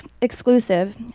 exclusive